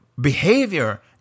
behavior